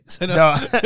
No